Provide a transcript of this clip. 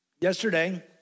yesterday